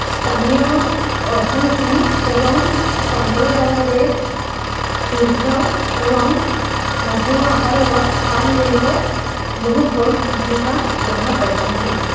ସ୍ଥାନୀୟ ଅର୍ଥନୀତି ଏବଂ ସମ୍ପ୍ରଦାୟରେ କ୍ଷୁଦ୍ର ଏବଂ ମଧ୍ୟମ ଆକାରର ଫାର୍ମ୍ ଗୁଡ଼ିକ ବହୁତ ବଡ଼ ଭୂମିକା ଗ୍ରହଣ କରିଛନ୍ତି